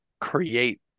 create